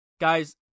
guys